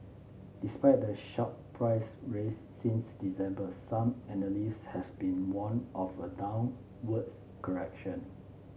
despite the sharp price raise since December some analysts has been warn of a downwards correction